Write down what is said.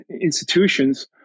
institutions